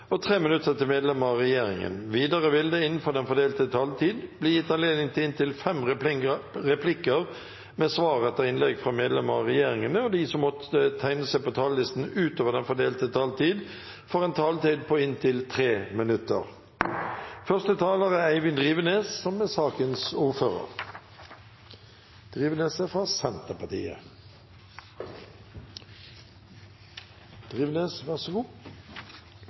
og 5 minutter til medlemmer av regjeringa. Videre vil det – innenfor den fordelte taletid – bli gitt anledning til inntil syv replikker med svar etter innlegg fra medlemmer av regjeringa, og de som måtte tegne seg på talerlista utover den fordelte taletid, får en taletid på inntil 3 minutter. Det representantforslaget vi nå skal behandle, er